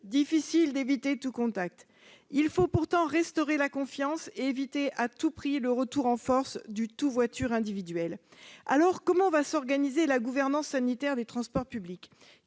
difficile d'éviter tout contact ; il faut pourtant restaurer la confiance et éviter à tout prix le retour en force du « tout-voiture individuelle ». Alors comment va s'organiser la gouvernance sanitaire des transports publics ?